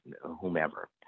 whomever